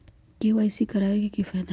KYC करवाबे के कि फायदा है?